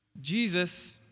Jesus